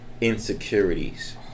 insecurities